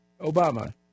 Obama